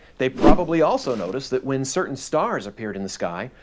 they probably also noticed that when certain stars appeared in the sky,